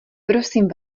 prosím